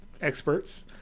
Experts